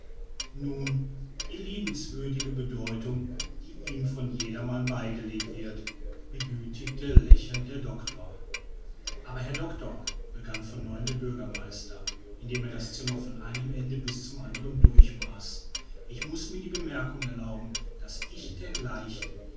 nun die liebenswürdige bedeutung die ihm von jedermann beigelegt wird begütigte lächelnd der doctor aber herr doctor begann von neuem der bürgermeister indem er das zimmer von einem ende bis zum andern durchmaß ich muß mir die bemerkung erlauben daß ich dergleichen